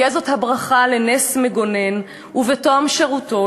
תהיה זאת הברכה לנס מגונן ובתום שירותו